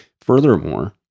Furthermore